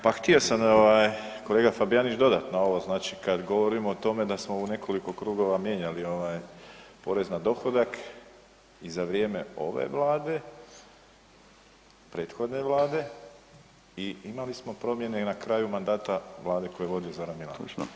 Pa htio sam ovaj kolega Fabijanić dodatno ovo, znači kad govorimo o tome da smo u nekoliko krugova mijenjali ovaj porez na dohodak i za vrijeme ove vlade, prethodne vlade i imali smo promijene i na kraju mandata vlade koju je vodio Zoran Milanović.